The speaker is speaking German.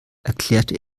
erklärte